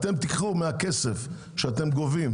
תהיה שאתם תיקחו מהכסף שאתם גובים